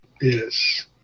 Yes